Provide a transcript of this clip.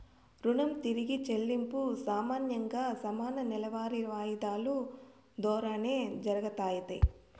రుణం తిరిగి చెల్లింపు సామాన్యంగా సమాన నెలవారీ వాయిదాలు దోరానే జరగతాది